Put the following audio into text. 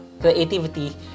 creativity